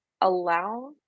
allow